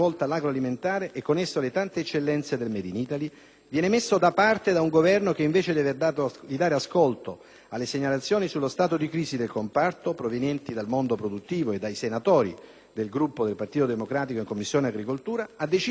viene messo da parte da un Governo che, invece di dare ascolto alle segnalazioni sullo stato di crisi del comparto provenienti dal mondo produttivo e dai senatori del Gruppo del Partito Democratico in Commissione agricoltura, ha deciso di intervenire operando vistosi tagli.